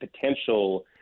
potential